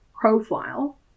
profile